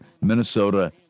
Minnesota